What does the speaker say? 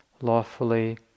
lawfully